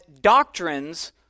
doctrines